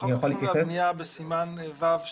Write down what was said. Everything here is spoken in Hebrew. בחוק התכנון והבנייה, בסימן ו(2)